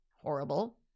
Horrible